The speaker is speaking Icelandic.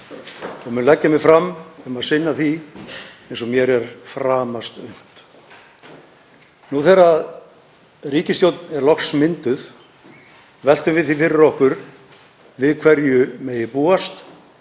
og mun leggja mig fram um að sinna því eins vel og mér er framast unnt. Nú þegar ríkisstjórn er loks mynduð veltum við því fyrir okkur við hverju megi búast